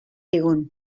zigun